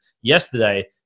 yesterday